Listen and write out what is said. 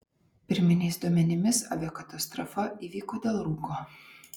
pirminiais duomenimis aviakatastrofa įvyko dėl rūko